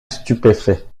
stupéfait